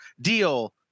deal